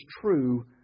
true